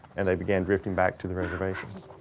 and they began drifting back to the reservations.